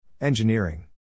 Engineering